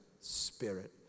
spirit